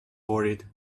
worried